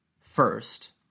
First